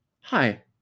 hi